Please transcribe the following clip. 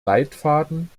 leitfaden